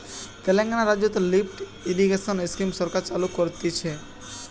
তেলেঙ্গানা রাজ্যতে lift irrigation scheme সরকার চালু করতিছে